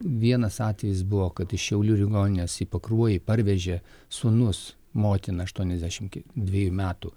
vienas atvejis buvo kad iš šiaulių ligoninės į pakruojį parvežė sūnus motina aštuoniasdešimt dvejų metų